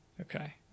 Okay